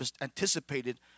anticipated